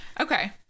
Okay